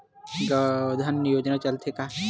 गौधन योजना छत्तीसगढ़ राज्य मा चलथे का?